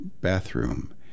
bathroom